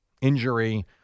injury